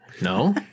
No